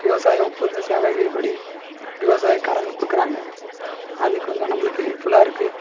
விவசாய ஒப்பந்த சேவைக்கு படி விவசாய கடன் கொடுக்கறாங்க அது கொஞ்சம் நம்மளுக்கு ஹெல்ப்ஃபுல்லா இருக்குது